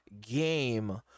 game